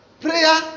prayer